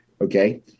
Okay